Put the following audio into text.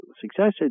success